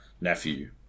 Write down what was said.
nephew